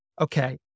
Okay